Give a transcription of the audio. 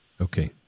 Okay